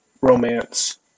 romance